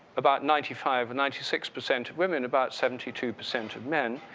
about ninety five and ninety six percent of women, about seventy two percent of men.